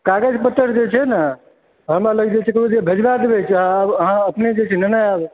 कागज पत्तर जे छै ने हमरा लग जे छै ककरो दिया भेजबाए देबै चाहे अपने जे छै नेने आयब